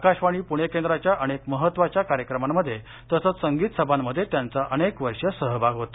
आकाशवाणी पुणे केंद्राच्या अनेक महत्त्वाच्या कार्यक्रमांमध्ये तसच संगीत सभांमध्ये त्यांचा अनेक वर्ष सहभाग होता